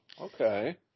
Okay